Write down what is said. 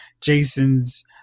Jason's